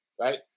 Right